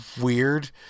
weird